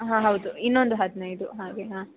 ಹಾಂ ಹೌದು ಇನ್ನೊಂದು ಹದಿನೈದು ಹಾಗೆ ಹಾಂ